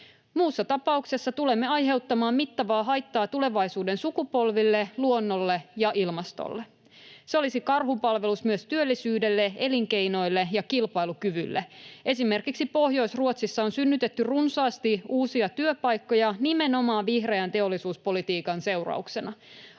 Muussa tapauksessa tulemme aiheuttamaan mittavaa haittaa tulevaisuuden sukupolville, luonnolle ja ilmastolle. Se olisi karhunpalvelus myös työllisyydelle, elinkeinoille ja kilpailukyvylle. Esimerkiksi Pohjois-Ruotsissa on synnytetty runsaasti uusia työpaikkoja nimenomaan vihreän teollisuuspolitiikan seurauksena.